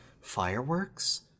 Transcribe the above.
fireworks